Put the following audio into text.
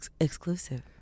Exclusive